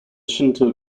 shinto